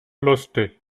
lustig